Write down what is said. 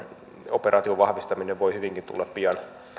operaation vahvistaminen se voi hyvinkin tulla